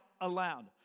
aloud